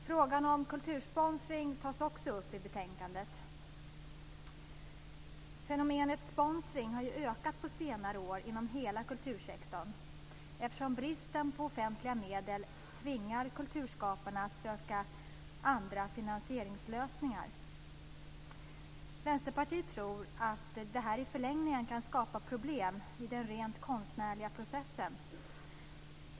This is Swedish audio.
Frågan om kultursponsring tas också upp i betänkandet. Fenomenet sponsring har ökat på senare år inom hela kultursektorn, eftersom bristen på offentliga medel tvingar kulturskaparna att söka andra finansieringslösningar. Vänsterpartiet tror att detta i förlängningen kan skapa problem i den rent konstnärliga processen.